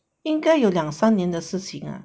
应该有两三年的事情